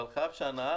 אבל חייב שהנהג,